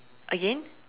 again